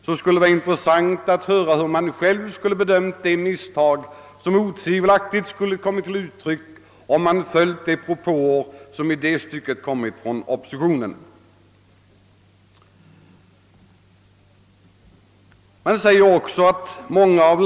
Det skulle vara värdefullt att få veta, hur man skulle ha bedömt de misstag som otvivelaktigt skulle ha blivit följden av de propåer som i det här stycket kommit från oppositionen. Man säger att många av.